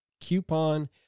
coupon